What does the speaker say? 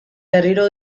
berriro